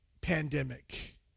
pandemic